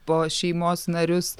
po šeimos narius